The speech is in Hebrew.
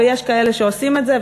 ויש כאלה שעושים את זה.